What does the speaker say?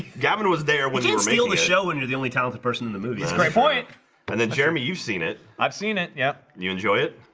gavin was there, would you reel the show and you're the only talented person in the movie? it's great point and then jeremy you've seen it. i've seen it. yeah. you enjoy it.